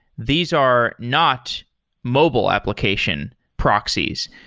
these are not mobile application proxies.